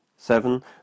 Seven